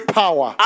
power